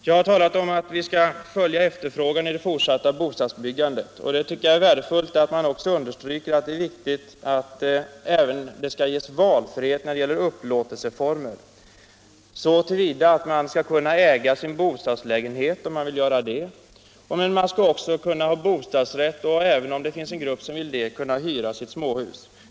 Jag har talat om att vi skall följa efterfrågan i det fortsatta bostadsbyg gandet. Det är också värdefullt att man understryker vikten av att det även ges valfrihet när det gäller upplåtelseformen, så till vida att man skall kunna äga sin bostadslägenhet, om man vill det. Men man skall också kunna ha bostadsrätt liksom möjligheten —- om det finns en grupp som vill det — att hyra sitt småhus.